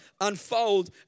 unfold